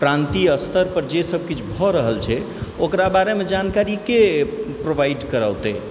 प्रान्तीय स्तरपर जे सब किछु भऽ रहल छै ओकरा बारेमे जानकारीकेँ प्रोवाइड करओतै